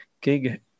gig